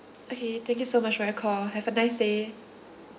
okay thank you so much for your call have a nice day